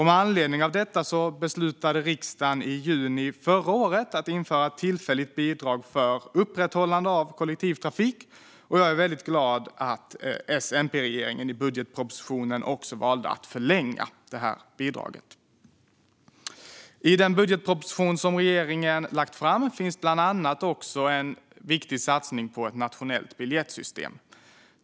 Med anledning av detta beslutade riksdagen i juni förra året att införa ett tillfälligt bidrag för upprätthållande av kollektivtrafik. Jag är väldigt glad att S-MP-regeringen i budgetpropositionen också valde att förlänga detta bidrag. I den budgetproposition som regeringen har lagt fram finns bland annat också en viktig satsning på ett nationellt biljettsystem.